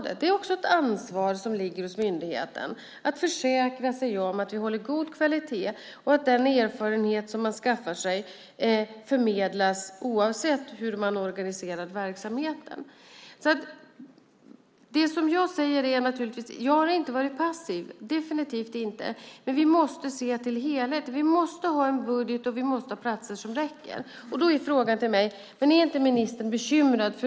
Det ligger också ett ansvar hos myndigheten att försäkra sig om att man håller god kvalitet och att den erfarenhet som man skaffar sig förmedlas oavsett hur man organiserar verksamheten. Jag har definitivt inte varit passiv, men vi måste se till helheten. Vi måste ha en budget, och antalet platser måste räcka. Då är frågan till mig: Är inte ministern bekymrad?